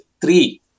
three